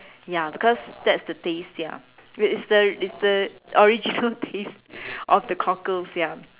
ya because that's the taste ya it's the it's the original taste of the cockles ya